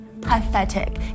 Pathetic